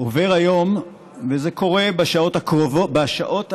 עובר היום, וזה קורה בשעות האחרונות